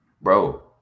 Bro